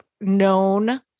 known